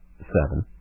seven